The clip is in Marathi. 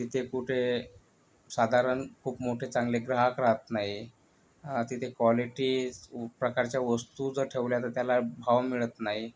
तिथे कुठे साधारण खूप मोठे चांगले ग्राहक रहात नाही तिथे कॉलिटी प्रकारच्या वस्तू जर ठेवल्या तर त्याला भाव मिळत नाही